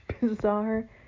bizarre